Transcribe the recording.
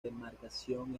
demarcación